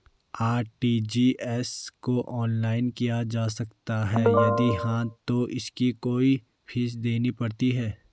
RTGS को online किया जा सकता है यदि हाँ तो इसकी कोई फीस देनी पड़ती है?